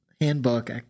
handbook